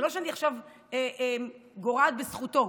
זה לא שאני עכשיו גורעת מזכותו,